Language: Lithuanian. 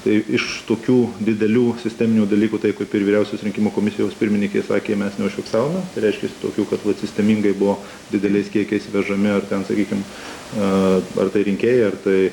tai iš tokių didelių sisteminių dalykų taip kaip ir vyriausios rinkimų komisijos pirmininkė sakė mes neužfiksavome reiškiasi tokių kad vat sistemingai buvo dideliais kiekiais vežami ar ten sakykime a ar tai rinkėjai ar tai